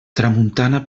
tramuntana